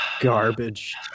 garbage